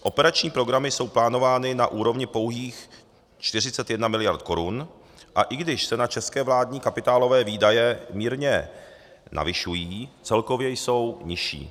Operační programy jsou plánovány na úrovni pouhých 41 miliard Kč, a i když se české vládní kapitálové výdaje mírně navyšují, celkově jsou nižší.